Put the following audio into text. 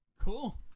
Cool